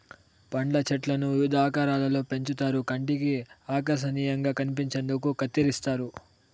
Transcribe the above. పండ్ల చెట్లను వివిధ ఆకారాలలో పెంచుతారు కంటికి ఆకర్శనీయంగా కనిపించేందుకు కత్తిరిస్తారు